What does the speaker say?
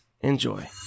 Enjoy